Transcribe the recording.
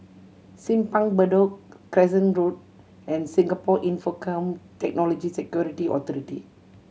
Simpang Bedok Crescent Road and Singapore Infocomm Technology Security Authority